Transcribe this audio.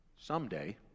Someday